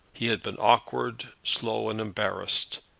he had been awkward, slow, and embarrassed,